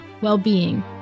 well-being